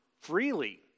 freely